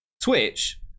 Twitch